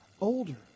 older